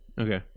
okay